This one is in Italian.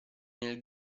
nel